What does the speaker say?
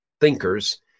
thinkers